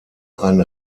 ein